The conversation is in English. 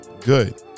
Good